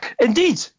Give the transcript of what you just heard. Indeed